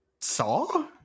Saw